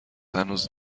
هنوز